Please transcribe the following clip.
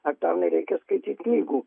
ar tau nereikia skaityt knygų